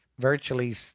Virtually